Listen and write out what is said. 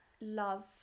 love